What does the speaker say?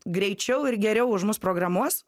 greičiau ir geriau už mus programuos